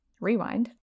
Rewind